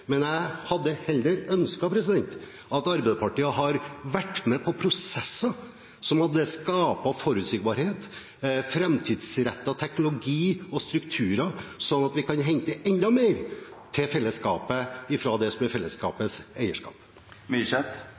men jeg hadde heller ønsket at Arbeiderpartiet hadde vært med på prosesser som hadde skapt forutsigbarhet, framtidsrettet teknologi og strukturer, slik at vi kan hente enda mer til fellesskapet fra det som er fellesskapets